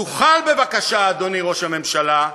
תוכל בבקשה, אדוני ראש הממשלה,